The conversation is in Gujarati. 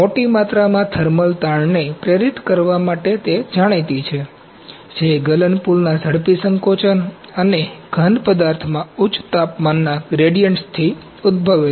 મોટી માત્રામાં થર્મલ તાણને પ્રેરિત કરવા માટે જાણીતી છે જે ગલનપૂલના ઝડપી સંકોચન અને ઘન પદાર્થમાં ઉચ્ચ તાપમાનના ગ્રેડિએન્ટ્સથી ઉદ્ભવે છે